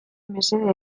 mesede